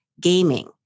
gaming